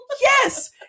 Yes